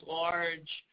large